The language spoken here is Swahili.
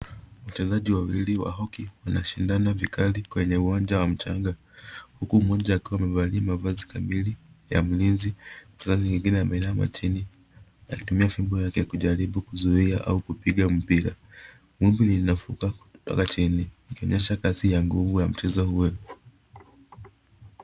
Wachezaji wawili wa hockey wanashindana vikali kwenye uwanja wa mchanga, huku mmoja akiwa amevalia mavazi kamili ya mlinzi. Mchezaji mwingine ameinama chini akitumia fimbo yake kujaribu kuzuia au kupiga mpira. Vumbi linafuka kutoka chini likionyesha kazi ya nguvu ya mchezo huu.